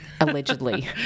allegedly